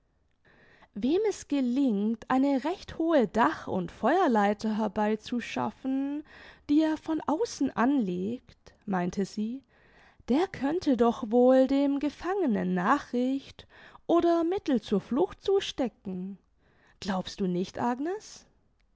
wem es gelingt eine recht hohe dach und feuerleiter herbei zu schaffen die er von außen anlegt meinte sie der könnte doch wohl dem gefangenen nachricht oder mittel zur flucht zustecken glaubst du nicht agnes